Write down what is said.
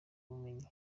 ubumenyi